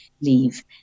leave